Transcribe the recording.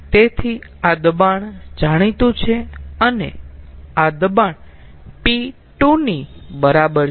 તેથી આ દબાણ જાણીતું છે અને આ દબાણ p2 ની બરાબર છે